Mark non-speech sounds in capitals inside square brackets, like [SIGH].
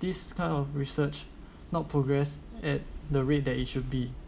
this kind of research [BREATH] not progress at the rate that it should be